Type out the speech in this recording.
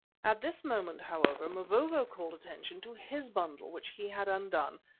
at this moment, however, mavovo called attention to his bundle which he had undone,